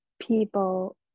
people